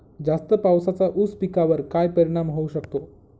जास्त पावसाचा ऊस पिकावर काय परिणाम होऊ शकतो?